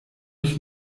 ich